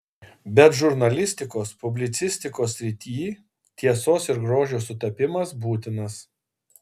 bet žurnalistikos publicistikos srityj tiesos ir grožio sutapimas būtinas